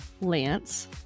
Lance